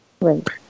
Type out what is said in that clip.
Right